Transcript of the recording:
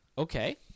Okay